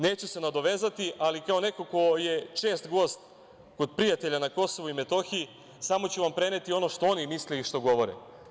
Neću se nadovezati, ali kao neko ko je čest gost kod prijatelja na Kosovu i Metohiji, samo ću vam preneti ono što oni misle i što govore.